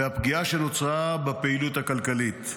והפגיעה שנוצרה בפעילות הכלכלית.